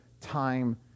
time